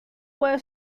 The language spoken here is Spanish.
puede